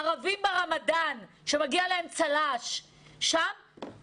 מגיע צל"ש לערבים בתקופת הרמדאן.